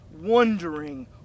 wondering